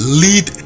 lead